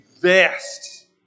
vast